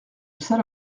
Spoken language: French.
salle